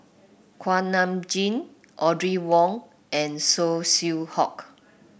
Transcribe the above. Kuak Nam Jin Audrey Wong and Saw Swee Hock